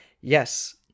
Yes